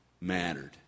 mattered